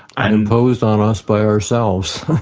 ah imposed on us by ourselves.